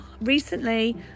recently